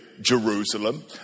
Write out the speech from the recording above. Jerusalem